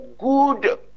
good